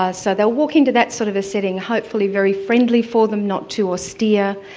ah so they'll walk into that sort of a setting, hopefully very friendly for them, not too austere,